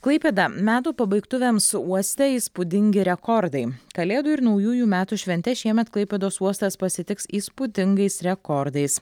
klaipėda metų pabaigtuvėms uoste įspūdingi rekordai kalėdų ir naujųjų metų šventes šiemet klaipėdos uostas pasitiks įspūdingais rekordais